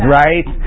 right